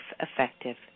effective